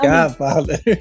Godfather